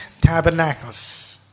tabernacles